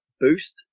boost